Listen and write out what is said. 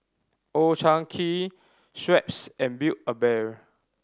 Old Chang Kee Schweppes and Build A Bear